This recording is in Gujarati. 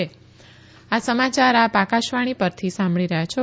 કોરોના અપીલ આ સમાચાર આપ આકાશવાણી પરથી સાંભળી રહ્યા છો